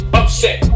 upset